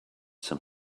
some